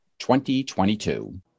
2022